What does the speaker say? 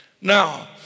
now